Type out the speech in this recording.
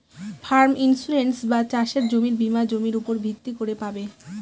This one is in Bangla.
ফার্ম ইন্সুরেন্স বা চাসের জমির বীমা জমির উপর ভিত্তি করে পাবে